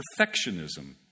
perfectionism